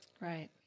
Right